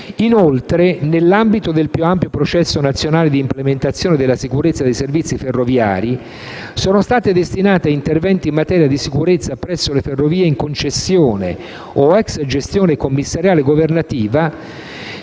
Inoltre, nell'ambito del più ampio processo nazionale di implementazione della sicurezza dei servizi ferroviari, sono state destinate ad interventi in materia di sicurezza presso le ferrovie in concessione o rientranti nella ex gestione commissariale governativa,